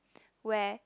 where